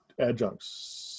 adjuncts